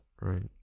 right